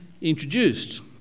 introduced